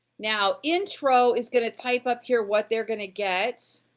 now, intro is gonna type up here what they're gonna get.